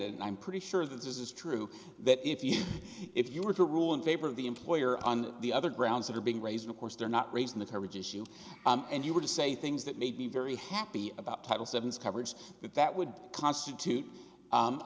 pretty sure that this is true that if you if you were to rule in favor of the employer on the other grounds that are being raised of course they're not raising the coverage issue and you would say things that made me very happy about title seventh's coverage that that would constitute